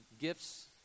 gifts